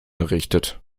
errichtet